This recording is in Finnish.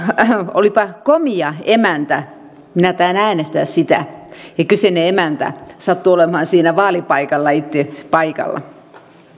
olipa komia emäntä minä taidan äänestää sitä ja kyseinen emäntä sattui olemaan siinä vaalipaikalla itse itse paikalla